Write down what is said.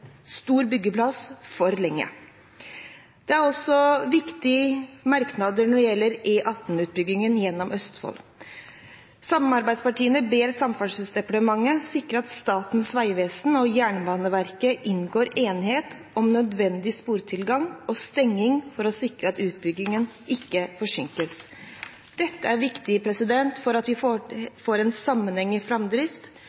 stor byggeplass for lenge. Det er også viktige merknader når det gjelder E18-utbyggingen gjennom Østfold. Samarbeidspartiene ber Samferdselsdepartementet sikre at Statens vegvesen og Jernbaneverket inngår enighet om nødvendig sportilgang og stenging for å sikre at utbyggingen ikke forsinkes. Dette er viktig for at vi får